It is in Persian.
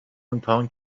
امتحان